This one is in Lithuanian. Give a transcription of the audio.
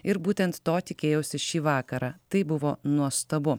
ir būtent to tikėjausi šį vakarą tai buvo nuostabu